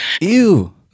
Ew